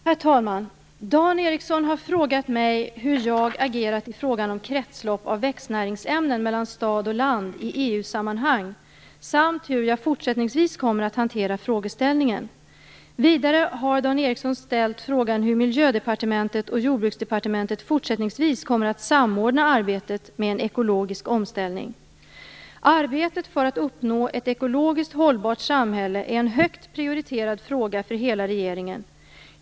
Herr talman! Dan Ericsson har frågat mig hur jag agerat i frågan om kretslopp av växtnäringsämnen mellan stad och land i EU-sammanhang samt hur jag fortsättningsvis kommer att hantera frågeställningen. Vidare har Dan Ericsson ställt frågan hur Miljödepartementet och Jordbruksdepartementet fortsättningsvis kommer att samordna arbetet med en ekologisk omställning. Arbetet för att uppnå ett ekologiskt hållbart samhälle är en högt prioriterad fråga för hela regeringen.